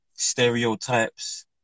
stereotypes